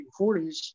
1940s